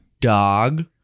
dog